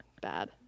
Bad